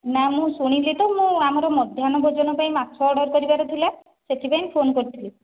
ନାଁ ମୁଁ ଶୁଣିଲି ତ ମୁଁ ଆମର ମଧ୍ୟାହ୍ନ ଭୋଜନ ପାଇଁ ମାଛ ଅର୍ଡ଼ର୍ କରିବାର ଥିଲା ସେଥିପାଇଁ ଫୋନ୍ କରିଥିଲି